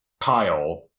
Kyle